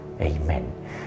Amen